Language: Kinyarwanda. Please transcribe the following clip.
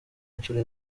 inshuro